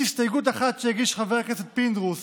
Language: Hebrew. יש הסתייגות אחת שהגיש חבר הכנסת פינדרוס